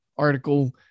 article